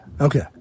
okay